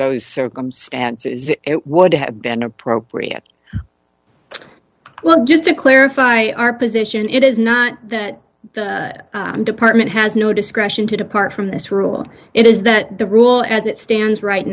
those circumstances it would have been appropriate well just to clarify our position it is not the department has no discretion to depart from this rule it is that the rule as it stands right